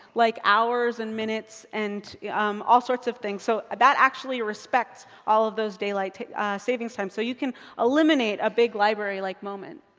like hours and minutes and um all sorts of things. so that actually respects all of those daylight savings times. so you can eliminate a big library like moment.